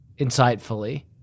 Insightfully